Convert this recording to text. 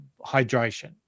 hydration